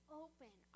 open